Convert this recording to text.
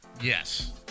yes